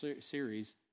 series